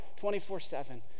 24-7